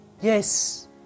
yes